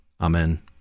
Amen